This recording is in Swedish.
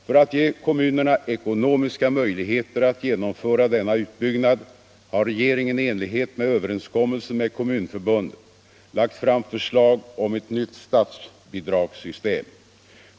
För att ge kommunerna ekonomiska möjligheter att genomföra denna utbyggnad har regeringen i enlighet med överenskommelsen med Kommunförbundet lagt fram förslag om ett nytt statsbidragssystem.